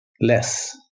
less